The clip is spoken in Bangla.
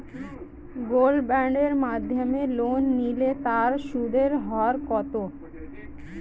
গোল্ড বন্ডের মাধ্যমে লোন নিলে তার সুদের হার কত?